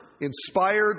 inspired